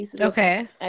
okay